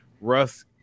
Russ